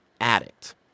addict